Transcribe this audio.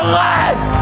life